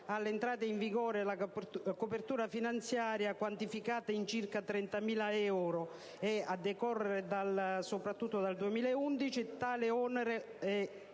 all'entrata in vigore e alla copertura finanziaria, quantificata in circa 30.000 euro. A decorrere soprattutto dal 2011, tale onere